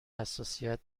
حساسیت